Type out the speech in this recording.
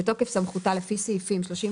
בתוקף סמכותה לפי סעיפים 31,